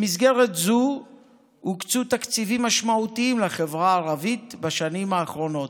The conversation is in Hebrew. במסגרת זו הוקצו תקציבים משמעותיים לחברה הערבית בשנים האחרונות.